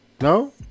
No